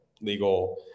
legal